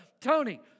Tony